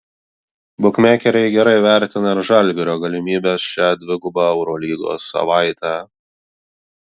bukmekeriai gerai vertina ir žalgirio galimybes šią dvigubą eurolygos savaitę